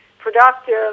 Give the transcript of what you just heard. Productive